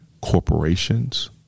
corporations